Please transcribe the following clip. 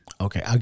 Okay